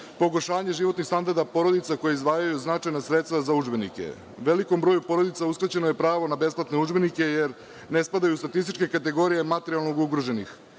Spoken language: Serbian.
pogoršanje životnih standarda porodica koje izdvajaju značajna sredstva za udžbenike. Velikom broju porodica je uskraćeno pravo na besplatne udžbenike jer ne spadaju u statističke kategorije materijalno ugroženih.